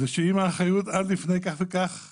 אם האחריות נגזרה עד לפני כמה חודשים